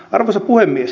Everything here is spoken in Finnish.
arvoisa puhemies